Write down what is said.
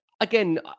again